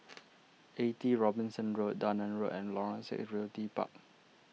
eighty Robinson Road Dunearn Road and Lorong six Realty Park